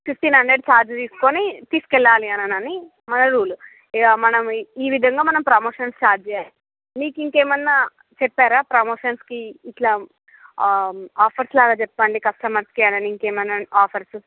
fifteen hundred charge తీసుకొని తీసుకెళ్లాలి అని మన రూలు ఇంకా మనం ఈ విధంగా మనం ప్రమోషన్స్ స్టార్ట్ చేయాలి మీకింకేమన్నా చెప్పారా ప్రమోషన్స్కి ఇట్ల ఆఫర్స్ లాగా చెప్పండి కస్టమర్స్కి అని ఇంకేమన్న ఆఫర్సు